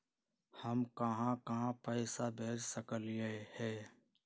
हम कहां कहां पैसा भेज सकली ह?